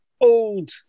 old